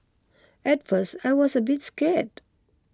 at first I was a bit scared